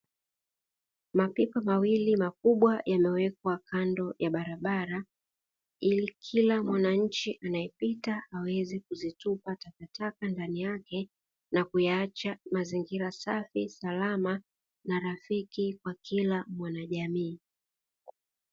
Mapipa mawili makubwa yamewekwa kando ya barabara ili kila mwanachi anayepita aweze kuzitupa takataka ndani yake, na kuyaacha mazingira safi na salama na rafiki kwa kila mwanajamii.